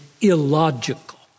illogical